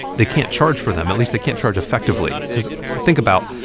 they can't charge for them. at least they can't charge effectively because think about,